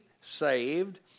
saved